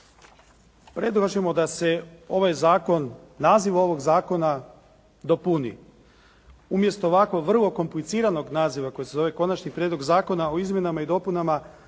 se ovaj zakon, naziv ovog zakona dopuni. Umjesto ovako vrlo kompliciranog naziva koji se zove Konačni prijedlog zakona o izmjenama i dopunama